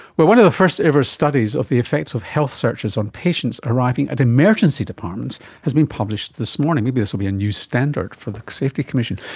but one of the first ever studies of the effects of health searches on patients arriving at emergency departments has been published this morning. maybe this will be a new standard for the safety commission.